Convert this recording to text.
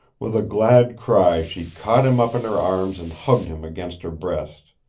with a glad cry she caught him up in her arms and hugged him against her breast.